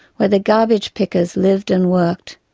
where the garbage pickers lived and worked,